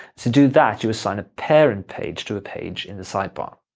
to do that, you assign a parent page to a page in the sidebar.